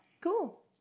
Cool